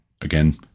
again